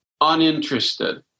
uninterested